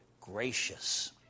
gracious